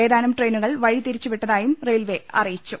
ഏതാനും ട്രെയിനുകൾ വഴി തിരിച്ചു വിട്ടതായും റെയിൽവേ അറിയിച്ചു